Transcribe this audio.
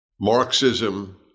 Marxism